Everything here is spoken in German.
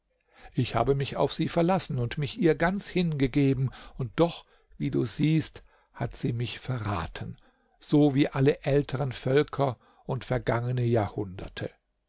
ich habe mich auf sie verlassen und mich ihr ganz hingegeben und doch wie du siehst hat sie mich verraten so wie alle älteren völker und vergangene jahrhunderte